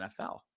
NFL